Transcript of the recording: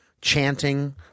chanting